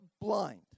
blind